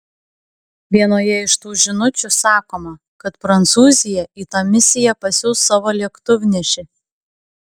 vienoje iš tų žinučių sakoma kad prancūzija į tą misiją pasiųs savo lėktuvnešį